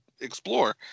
explore